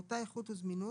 באותה איכות וזמינות,